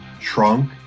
shrunk